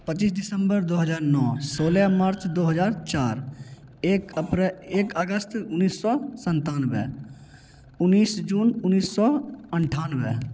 पच्चीस दिसम्बर दो हज़ार नौ सोलह मार्च दो हज़ार चार एक अप्रैल एक अगस्त उन्नीस सौ संतानवे उन्नीस जून उन्नीस सौ अट्ठानवे